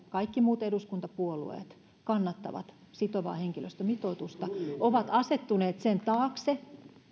kaikki muut eduskuntapuolueet kannattavat sitovaa henkilöstömitoitusta ovat asettuneet sen taakse